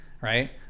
right